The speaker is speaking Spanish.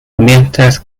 mientras